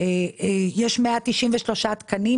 יש 193 תקנים,